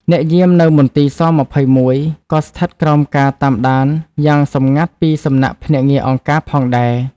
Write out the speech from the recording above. អ្នកយាមនៅមន្ទីរស-២១ ក៏ស្ថិតក្រោមការតាមដានយ៉ាងសម្ងាត់ពីសំណាក់ភ្នាក់ងារអង្គការផងដែរ។